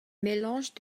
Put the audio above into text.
mélanges